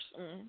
-hmm